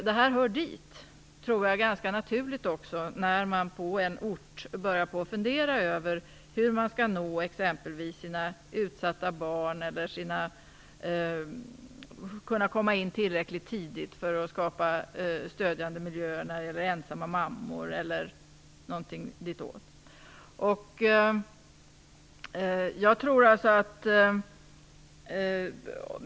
Det här hör ganska naturligt dit när man på en ort börjar fundera över hur man skall nå exempelvis utsatta barn eller komma in tillräckligt tidigt för att skapa stödjande miljöer när det gäller ensamma mammor etc.